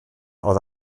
oedd